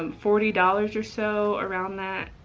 um forty dollars or so, around that.